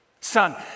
Son